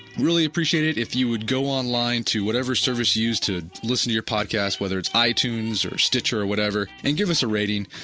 really appreciate it if you would go online to whatever service you used to listen to your podcast whether it's itunes or stitch or whatever and give us a rating.